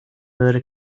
wurde